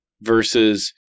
versus